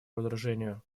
разоружению